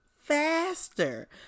faster